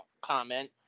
comment